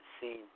seen